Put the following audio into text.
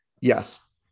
Yes